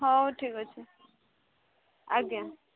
ହଉ ଠିକ୍ ଅଛି ଆଜ୍ଞା